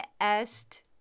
est